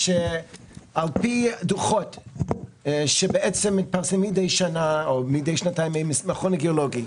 לפי דוחות שמתפרסמים מדי שנה או מדי שנתיים במכון הגיאולוגי,